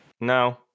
No